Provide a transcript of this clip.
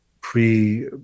pre